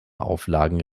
auflagen